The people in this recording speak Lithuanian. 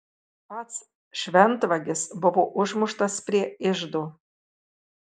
pats šventvagis buvo užmuštas prie iždo